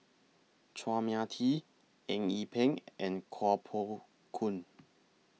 Chua Mia Tee Eng Yee Peng and Kuo Pao Kun